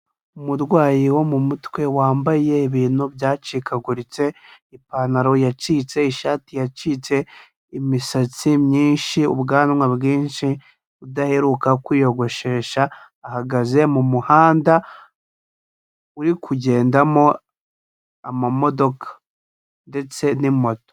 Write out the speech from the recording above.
Umurwayi wo mu mutwe wambaye ibintu byacikaguritse ipantaro yacitse, ishati yacitse, imisatsi myinshi, ubwanwa bwinshi udaheruka kwiyogoshesha, ahagaze mu muhanda uri kugendamo amamodoka ndetse n'imoto.